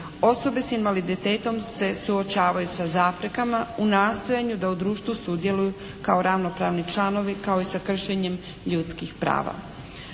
osobe sa invaliditetom se suočavaju sa zaprekama u nastojanju da u društvu sudjeluju kao ravnopravni članovi kao i sa kršenjem ljudskih prava.